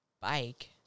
bike